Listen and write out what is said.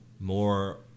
more